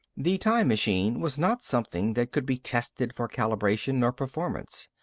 the time machine was not something that could be tested for calibration or performance.